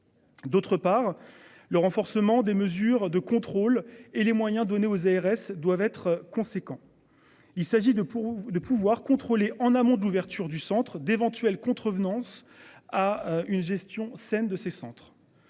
D'autre part, le renforcement des mesures de contrôle et les moyens donnés aux ARS doivent être conséquent. Il s'agit de pour vous de pouvoir contrôler en amont de l'ouverture du Centre d'éventuels contrevenants s'à une gestion saine de ces centres.